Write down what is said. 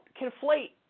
conflate